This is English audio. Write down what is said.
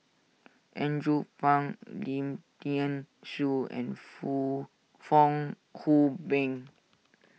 Andrew Phang Lim thean Soo and Fong Hoe Beng